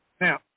Now